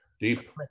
deep